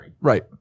right